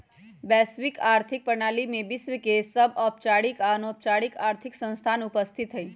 वैश्विक आर्थिक प्रणाली में विश्व के सभ औपचारिक आऽ अनौपचारिक आर्थिक संस्थान उपस्थित हइ